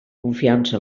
confiança